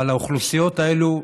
אבל האוכלוסיות האלה,